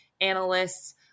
analysts